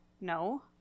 No